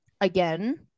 Again